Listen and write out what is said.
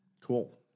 cool